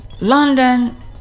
London